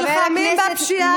נלחמים בפשיעה,